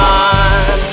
on